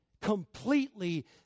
completely